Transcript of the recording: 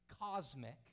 cosmic